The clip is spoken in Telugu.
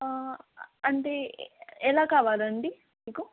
అంటే ఎలా కావాలండి మీకు